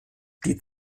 die